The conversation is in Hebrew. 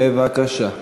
בבקשה.